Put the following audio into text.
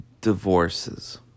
divorces